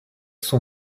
son